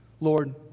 Lord